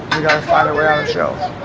gotta fight our way out ourselves.